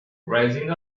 rising